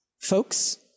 folks